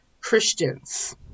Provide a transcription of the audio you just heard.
Christians